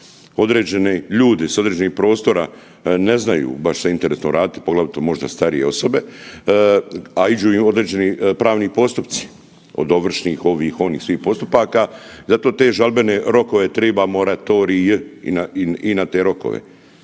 određeni ljudi s određenih prostora ne znaju baš se interesno raditi, poglavito možda starije osobe, a idu i određeni pravni postupci od ovršnih, ovih, onih svih postupaka zato te žalbene rokove triba moratorij i na te rokove.